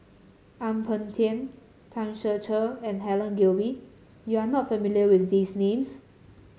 Ang Peng Tiam Tan Ser Cher and Helen Gilbey you are not familiar with these names